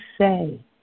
say